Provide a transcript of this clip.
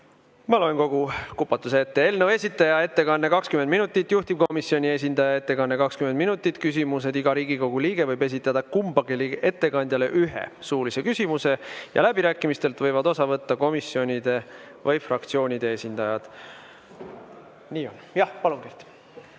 Ma loen kogu kupatuse ette. Eelnõu esitaja ettekanne 20 minutit, juhtivkomisjoni esindaja ettekanne 20 minutit. Küsimused: iga Riigikogu liige võib esitada kummalegi ettekandjale ühe suulise küsimuse. Läbirääkimistest võivad osa võtta komisjonide või fraktsioonide esindajad. Nii on. Jah, palun, Kert!